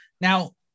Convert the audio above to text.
Now